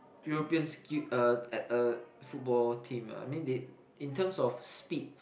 European uh uh uh football team ah I mean they in terms of speed